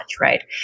right